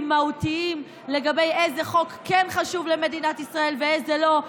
מהותיים לגבי איזה חוק כן חשוב למדינת ישראל ואיזה לא.